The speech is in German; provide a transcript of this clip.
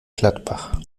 gladbach